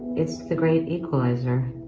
it's the great equalizer